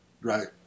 Right